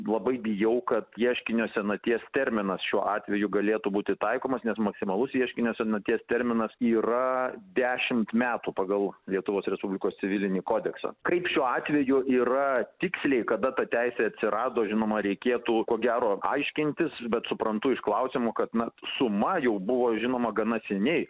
labai bijau kad ieškinio senaties terminas šiuo atveju galėtų būti taikomas net maksimalus ieškinio senaties terminas yra dešimt metų pagal lietuvos respublikos civilinį kodeksą kaip šiuo atveju yra tiksliai kada ta teisė atsirado žinoma reikėtų ko gero aiškintis bet suprantu iš klausimų kad na suma jau buvo žinoma gana seniai